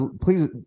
please